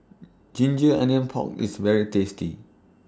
Ginger Onion Pork IS very tasty